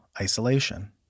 isolation